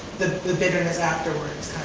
the the bitterness afterwards.